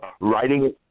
writing